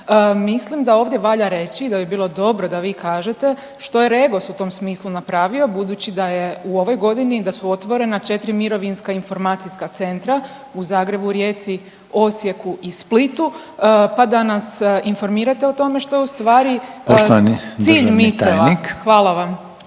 Mislim da ovdje valja reći da bi bilo dobro da vi kažete što je Regos u tom smislu napravio budući da je u ovoj godini, da su otvorena 4 mirovinska informacijska centra u Zagrebu, Rijeci, Osijeku i Splitu, pa da nas informirate o tome što je u stvari cilj MIC-eva. Hvala vam.